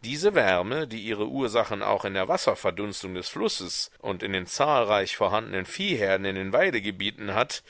diese wärme die ihre ursachen auch in der wasserverdunstung des flusses und in den zahlreich vorhandenen viehherden in den weidegebieten hat